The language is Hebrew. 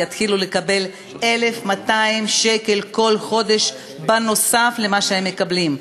יתחילו לקבל 1,200 שקל כל חודש נוסף על מה שהם מקבלים.